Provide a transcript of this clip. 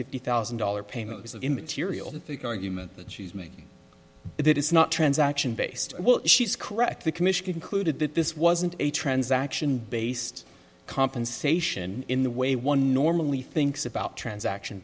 fifty thousand dollars payment was immaterial to think argument that she's making it is not transaction based well she's correct the commission concluded that this wasn't a transaction based compensation in the way one normally thinks about transaction